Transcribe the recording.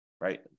right